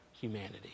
humanity